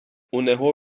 унего